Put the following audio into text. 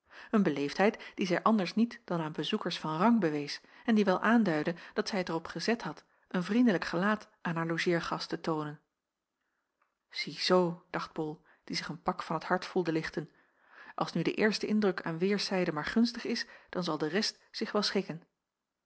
een beleefdheid die zij anders niet dan aan bezoekers van rang bewees en die wel aanduidde dat zij het er op gezet had een vriendelijk gelaat aan haar logeergast te toonen ziezoo dacht bol die zich een pak van t hart voelde lichten als nu de eerste indruk aan weêrszijden maar gunstig is dan zal de rest zich wel schikken